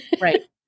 Right